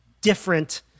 different